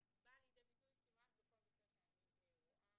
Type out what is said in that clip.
היא באה לידי ביטוי כמעט בכל מקרה שאני רואה